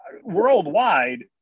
worldwide